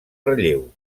relleu